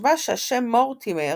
שחשבה שהשם מורטימר